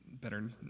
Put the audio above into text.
better